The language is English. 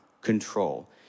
control